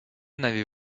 n’avez